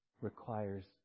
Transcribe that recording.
requires